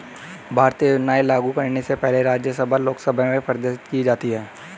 भारतीय योजनाएं लागू करने से पहले राज्यसभा लोकसभा में प्रदर्शित की जाती है